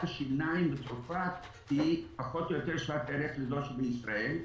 השיניים בצרפת היא פחות או יותר שוות ערך לזו שבישראל.